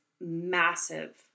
massive